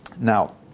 Now